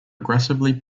aggressively